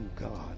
God